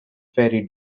ferry